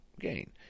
gain